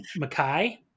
Makai